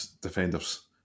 defenders